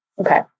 Okay